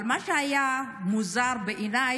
אבל מה שהיה מוזר בעיניי,